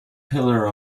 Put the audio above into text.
pillar